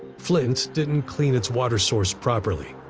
flint didn't clean its water source properly.